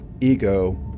Ego